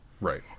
Right